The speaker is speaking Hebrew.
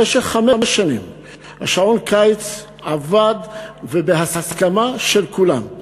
במשך חמש שנים שעון הקיץ עבד ובהסכמה של כולם.